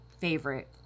favorite